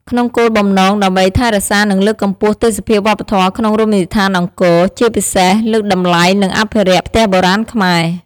ក្នុងគោលបំណងដើម្បីថែរក្សានិងលើកកម្ពស់ទេសភាពវប្បធ៌មក្នុងរមណីយដ្ឋានអង្គរ ជាពិសេសលើកតម្លៃនិងអភិរក្សផ្ទះបុរាណខ្មែរ។